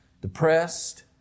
depressed